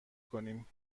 کنید